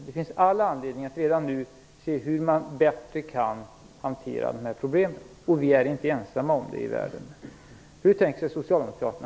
Det finns all anledning att redan nu se hur man bättre kan hantera dessa problem. Vi är inte ensamma om det i världen.